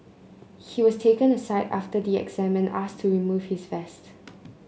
he was taken aside after the exam and asked to remove his vest